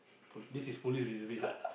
this is police reservist lah